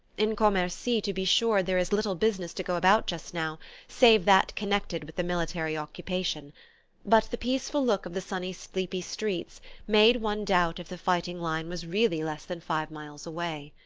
in commercy, to be sure, there is little business to go about just now save that connected with the military occupation but the peaceful look of the sunny sleepy streets made one doubt if the fighting line was really less than five miles away.